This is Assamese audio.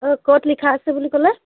হয় ক'ত লিখা আছে বুলি ক'লে